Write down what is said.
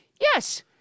Yes